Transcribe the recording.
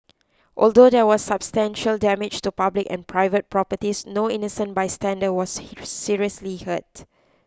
although there was substantial damage to public and private properties no innocent bystander was seriously hurt